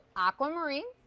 aquamarine.